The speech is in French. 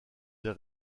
des